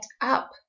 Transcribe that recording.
up